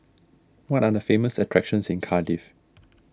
what are the famous attractions in Cardiff